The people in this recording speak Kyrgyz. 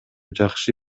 жакшы